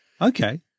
Okay